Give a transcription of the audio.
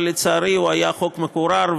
אבל לצערי הוא היה חוק מחורר.